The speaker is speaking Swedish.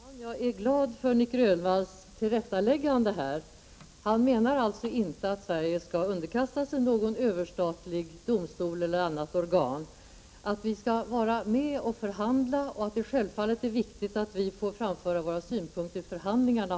Herr talman! Jag är glad för Nic Grönvalls tillrättaläggande. Han menar alltså inte att Sverige skall underkasta sig någon överstatlig domstol eller annat organ. Jag har inte nekat till att vi skall vara med och förhandla och att det självfallet är viktigt att vi får framföra våra synpunkter i förhandlingarna.